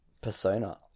Persona